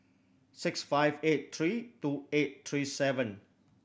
six five eight three two eight three seven